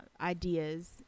ideas